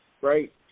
right